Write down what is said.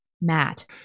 Matt